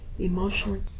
emotionally